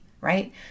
right